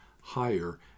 higher